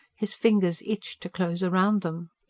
his fingers itched to close round them.